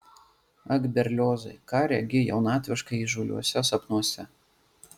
ak berliozai ką regi jaunatviškai įžūliuose sapnuose